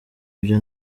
ibyo